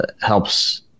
helps